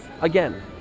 Again